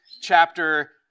chapter